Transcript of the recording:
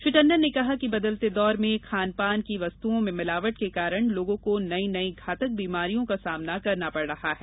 श्री टंडन ने कहा कि बदलते दौर में खान पान की वस्तुओं में मिलावट के कारण लोगों को नई नई घातक बीमारियों का सामना करना पड़ रहा है